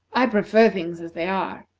i prefer things as they are.